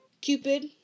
Cupid